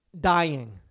dying